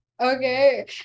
okay